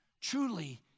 truly